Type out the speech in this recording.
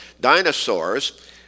dinosaurs